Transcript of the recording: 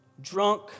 drunk